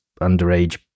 underage